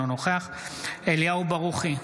אינו נוכח אליהו ברוכי,